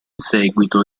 seguito